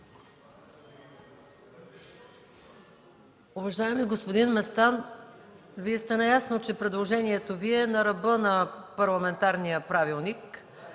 Уважаеми господин Местан, Вие сте наясно, че предложението Ви е на ръба на парламентарния правилник.